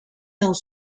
dans